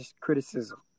criticism